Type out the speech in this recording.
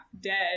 dead